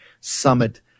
summit